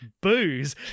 booze